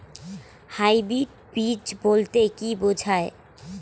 Hybrid বীজ বলতে কী বোঝায়?